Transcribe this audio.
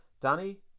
Danny